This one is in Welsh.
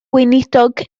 gweinidog